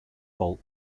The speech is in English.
bolt